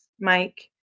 Mike